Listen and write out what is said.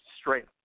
strength